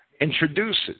introduces